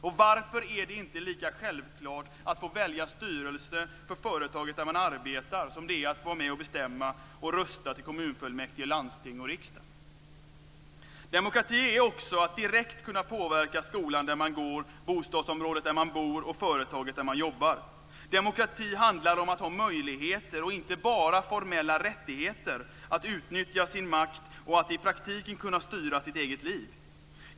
Och varför är det inte lika självklart att få välja styrelse för företaget där man arbetar som det är att få vara med och bestämma och rösta till kommunfullmäktige, landsting och riksdag? Demokrati är också att direkt kunna påverka skolan där man går, bostadsområdet där man bor och företaget där man jobbar. Demokrati handlar om att ha möjligheter - och inte bara formella rättigheter - att utnyttja sin makt och att i praktiken kunna styra sitt eget liv.